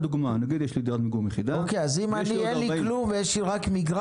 נגיד שיש לי דירת מגורים יחידה ויש לי עוד